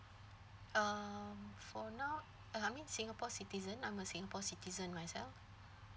uh for now uh I mean singapore citizen I'm a singapore citizen myself